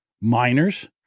minors